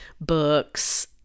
books